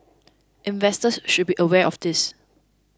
investors should be aware of this